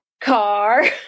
car